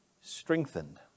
strengthened